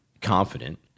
confident